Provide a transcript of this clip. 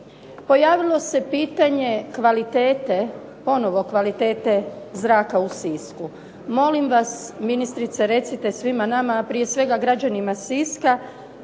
pojavilo se pitanje kvalitete, ponovno kvalitete zraka u Sisku. Molim vas ministrice, recite svima nama, a prije svega građanima Siska,